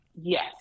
yes